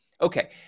Okay